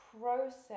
process